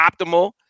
optimal